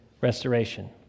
restoration